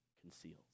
conceals